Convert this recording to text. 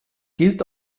gilt